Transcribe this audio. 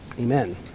Amen